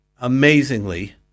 amazingly